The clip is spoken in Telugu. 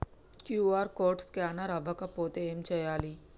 క్యూ.ఆర్ కోడ్ స్కానర్ అవ్వకపోతే ఏం చేయాలి?